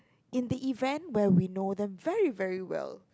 in the event where we know them very very well